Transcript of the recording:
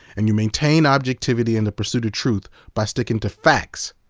and you maintain objectivity in the pursuit of truth by sticking to facts.